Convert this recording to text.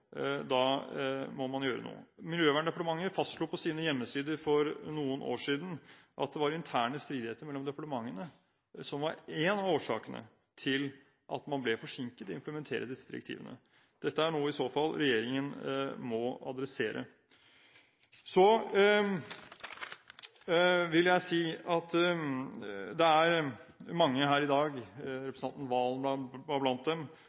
da må man gjøre noe. Miljøverndepartementet fastslo på sine hjemmesider for noen år siden at det var interne stridigheter mellom departementene som var en av årsakene til at man ble forsinket med å implementere disse direktivene. Dette er i så fall noe regjeringen må adressere. Så vil jeg si at det er mange her i dag, representanten Valen var blant dem,